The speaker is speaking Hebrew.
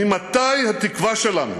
ממתי התקווה שלנו